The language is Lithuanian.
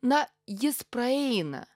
na jis praeina